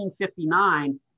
1859